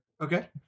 Okay